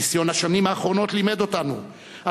ניסיון השנים האחרונות לימד אותנו על